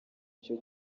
icyo